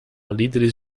líderes